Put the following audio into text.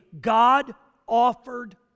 God-offered